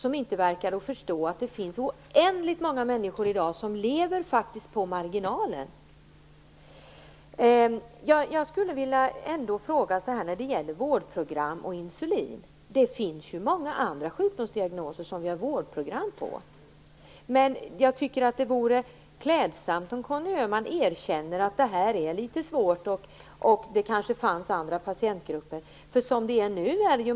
De verkar inte förstå att oändligt många människor faktiskt lever på marginalen i dag. Jag skulle vilja påpeka en sak när det gäller vårdprogram och insulin. Det finns ju många andra sjukdomsdiagnoser som det finns vårdprogram för. Jag tycker att det vore klädsamt om Conny Öhman erkänner att frågan är svår och att det kanske finns andra patientgrupper som skulle tas med.